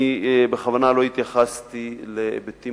אני בכוונה לא התייחסתי להיבטים